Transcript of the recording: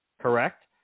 correct